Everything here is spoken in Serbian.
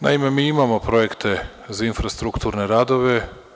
Naime, mi imamo projekte za infrastrukturne radove.